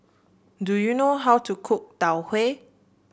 do you know how to cook Tau Huay